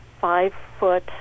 five-foot